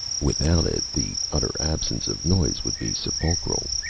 without it, the utter absence of noise would be sepulchral.